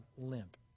limp